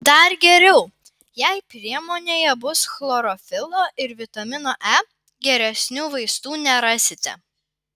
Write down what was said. dar geriau jei priemonėje bus chlorofilo ir vitamino e geresnių vaistų nerasite